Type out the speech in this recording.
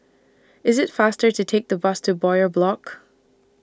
IT IS faster to Take The Bus to Bowyer Block